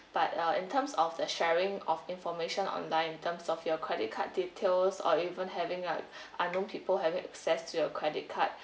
but uh in terms of the sharing of information online in terms of your credit card details or even having like unknown people having access to your credit card